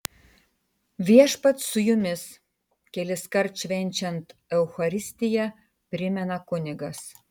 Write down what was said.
viešpats su jumis keliskart švenčiant eucharistiją primena kunigas